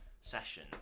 session